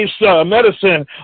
medicine